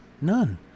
None